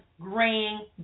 graying